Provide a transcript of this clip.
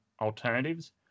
alternatives